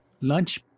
lunch